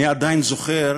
אני עדיין זוכר